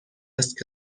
است